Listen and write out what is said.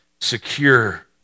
secure